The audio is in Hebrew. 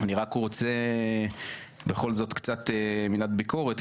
אני רק רוצה בכל זאת קצת מילת ביקורת,